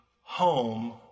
home